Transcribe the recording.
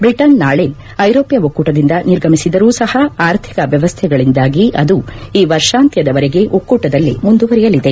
Britain ನಾಳಿ ಐರೋಪ್ಯ ಒಕ್ಕೂಟದಿಂದ ನಿರ್ಗಮಿಸಿದರೂ ಸಹ ಆರ್ಥಿಕ ವ್ಯವಸ್ಥೆಗಳಿಂದಾಗಿ ಅದು ಈ ವರ್ಷಾಂತ್ಯದವರೆಗೆ ಒಕ್ಕೂಟದಲ್ಲೇ ಮುಂದುವರೆಯಲಿದೆ